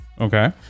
Okay